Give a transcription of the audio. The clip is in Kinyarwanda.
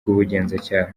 rw’ubugenzacyaha